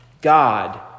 God